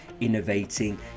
innovating